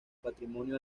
patrimonio